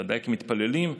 ודאי כמתפללים,